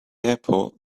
airport